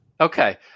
Okay